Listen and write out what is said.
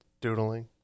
doodling